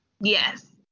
Yes